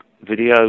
video